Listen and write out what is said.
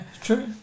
true